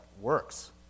works